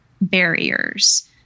barriers